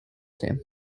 team